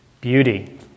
Beauty